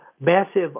massive